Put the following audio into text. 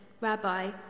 Rabbi